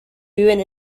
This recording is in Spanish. viven